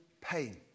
pain